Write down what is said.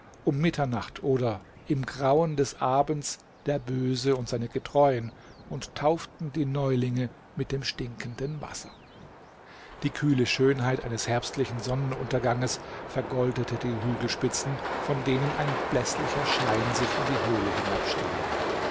um mitternacht oder im grauen des abends der böse und seine getreuen und tauften die neulinge mit dem stinkenden wasser die kühle schönheit eines herbstlichen sonnenunterganges vergoldete die hügelspitzen von denen ein bläßlicher schein sich in die höhle